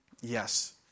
Yes